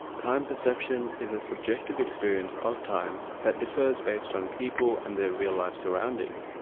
time perception is a subjective experience of time that differs based on people and their real-life surroundings.